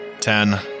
Ten